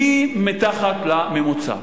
היא מתחת לממוצע.